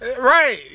Right